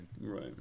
Right